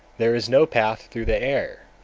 there is no path through the air,